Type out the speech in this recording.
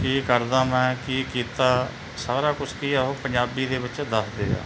ਕੀ ਕਰਦਾ ਮੈਂ ਕੀ ਕੀਤਾ ਸਾਰਾ ਕੁਛ ਕੀ ਆ ਉਹ ਪੰਜਾਬੀ ਦੇ ਵਿੱਚ ਦੱਸਦੇ ਆ